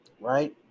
right